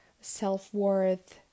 self-worth